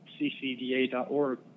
ccda.org